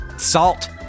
Salt